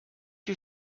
you